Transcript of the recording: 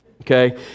okay